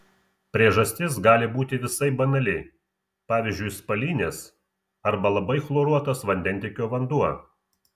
priežastis gali būti visai banali pavyzdžiui spalinės arba labai chloruotas vandentiekio vanduo